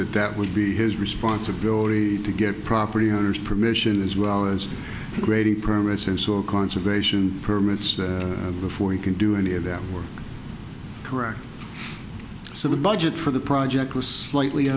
that that would be his responsibility to get property owners permission as well as grading permits and so conservation permits before he can do any of that work correct so the budget for the project was slightly